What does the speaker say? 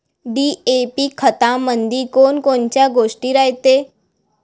DAP खतामंदी कोनकोनच्या गोष्टी रायते?